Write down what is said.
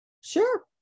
sure